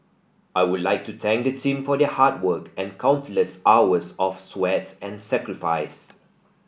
I would like to thank the team for their hard work and countless hours of sweat and sacrifice